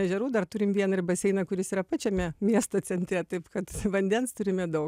ežerų dar turim vieną ir baseiną kuris yra pačiame miesto centre taip kad vandens turime daug